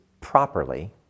properly